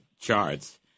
charts